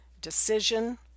decision